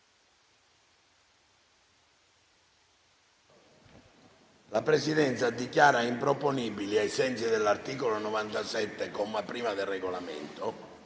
La Presidenza dichiara improponibili, ai sensi dell'articolo 97, comma 1, del Regolamento,